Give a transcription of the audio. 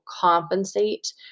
compensate